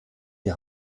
die